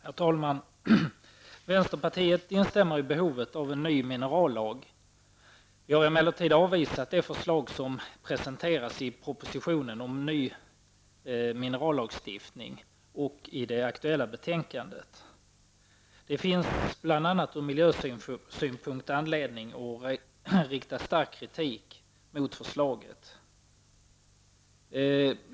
Herr talman! Vänsterpartiet instämmer i behovet av en ny minerallag. Vi har emellertid avvisat det förslag som presenterats i propositionen om ny minerallagstiftning och i det aktuella betänkandet. Det finns bl.a. från miljösynpunkt anledning att rikta stark kritik mot förslaget.